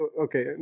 Okay